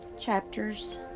chapters